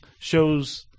shows